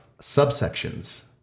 subsections